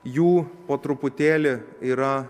jų po truputėlį yra